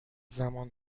زمان